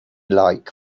like